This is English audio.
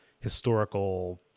historical